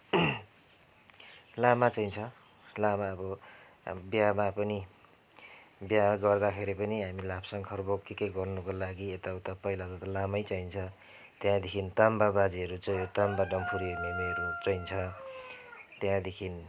लामा चाहिन्छ लामा अब अब बिहामा पनि बिहा गर्दाखेरि पनि हामी लाभसङ्खरको के के गर्नुको लागि यताउता पहिला त लामै चाहिन्छ त्यहाँदेखि ताम्बा बाजेहरू चाहियो ताम्बा डम्फू हेर्नेहरू मेमेहरू चाहिन्छ त्यहाँदेखि